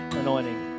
anointing